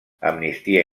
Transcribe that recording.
amnistia